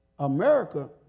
America